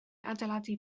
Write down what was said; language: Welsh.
adeiladu